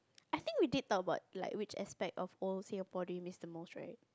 I think we did talk about like which aspect of old Singapore did we miss the most right